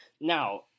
now